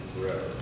forever